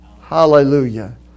Hallelujah